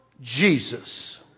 Jesus